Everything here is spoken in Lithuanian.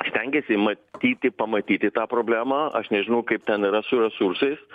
stengiasi įmatyti pamatyti tą problemą aš nežinau kaip ten yra su resursais